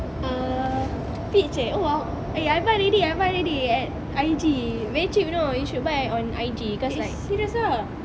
ah peach eh oh I buy already I buy already at I_G very cheap you know you should buy on I_G cause like